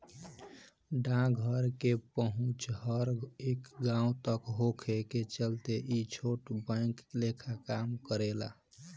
डाकघर के पहुंच हर एक गांव तक होखे के चलते ई छोट बैंक लेखा काम करेला